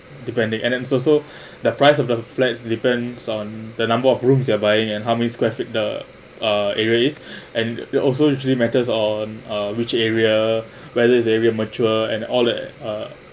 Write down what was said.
depending and it's also the price of the flat depends on the number of rooms they're buying and how many square feet the uh areas is and it also usually matters on uh which area whether the area mature and all that uh